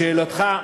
לשאלתך,